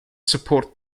support